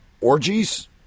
Orgies